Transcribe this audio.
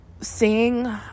seeing